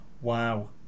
wow